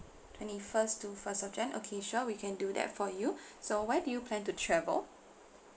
twenty first to first of jan okay sure we can do that for you so where do you plan to travel